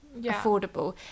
affordable